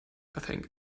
think